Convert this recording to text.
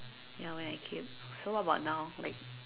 ya when I came so what about now like